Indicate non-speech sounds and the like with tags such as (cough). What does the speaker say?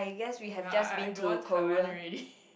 ya I I don't want Taiwan already (laughs)